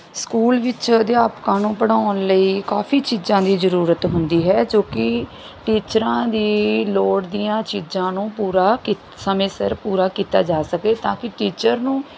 school ਵਿੱਚ ਅਧਿਆਪਕਾਂ ਨੂੰ ਪੜ੍ਹਾਉਣ ਲਈ ਕਾਫੀ ਚੀਜ਼ਾਂ ਦੀ ਜ਼ਰੂਰਤ ਹੁੰਦੀ ਹੈ ਜੋ ਕਿ ਟੀਚਰਾਂ ਦੀ ਲੋੜ ਦੀਆਂ ਚੀਜ਼ਾਂ ਨੂੰ ਪੂਰਾ ਕੀਤਾ ਸਮੇਂ ਸਿਰ ਪੂਰਾ ਕੀਤਾ ਜਾ ਸਕੇ ਤਾਂ ਕਿ ਟੀਚਰ ਨੂੰ